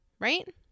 right